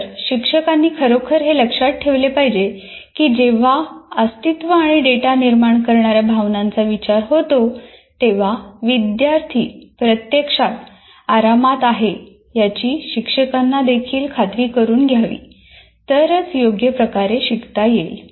तर शिक्षकांनी खरोखर हे लक्षात ठेवले पाहिजे की जेव्हा अस्तित्व आणि डेटा निर्माण करणार्या भावनांचा विचार होतो तेव्हा विद्यार्थी प्रत्यक्षात आरामात आहे याची शिक्षकांनी देखील याची खात्री करुन घ्यावी तरच त्याला योग्य प्रकारे शिकता येईल